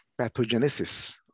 pathogenesis